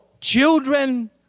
children